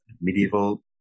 medieval